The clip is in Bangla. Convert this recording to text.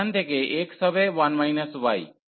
সুতরাং এখান থেকে x হবে 1 y